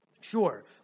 Sure